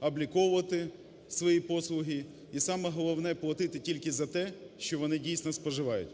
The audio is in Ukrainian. обліковувати свої послуги і саме головне – платити тільки за те, що вони дійсно споживають.